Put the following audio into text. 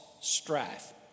strife